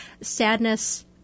sadness